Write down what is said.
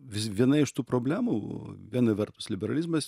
vis viena iš tų problemų viena vertus liberalizmas